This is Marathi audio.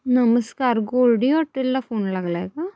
नमस्कार गोल्डी हॉटेलला फोन लागला आहे का